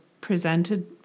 presented